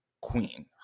queen